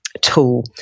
tool